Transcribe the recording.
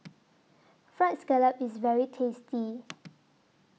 Fried Scallop IS very tasty